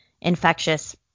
infectious